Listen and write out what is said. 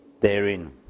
therein